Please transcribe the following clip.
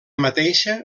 mateixa